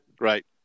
Right